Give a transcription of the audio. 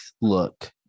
look